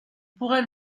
pourrait